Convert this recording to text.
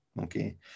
okay